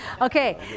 Okay